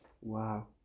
Wow